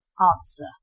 answer